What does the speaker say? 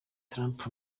trump